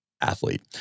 athlete